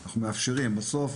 בסוף,